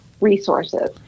resources